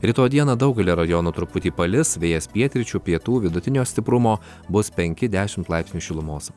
rytoj dieną daugelyje rajonų truputį palis vėjas pietryčių pietų vidutinio stiprumo bus penki dešim laipsnių šilumos